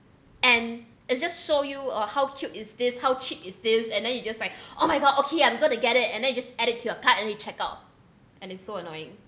and it's just show you uh how cute is this how cheap is this and then you just like oh my god okay I'm going to get it and then you just add it to your cart and you check out and it's so annoying